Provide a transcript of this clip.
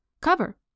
cover